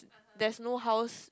there's no house